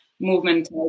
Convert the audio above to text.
movement